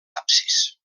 absis